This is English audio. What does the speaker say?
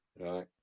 right